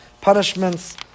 Punishments